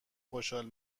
خوشحال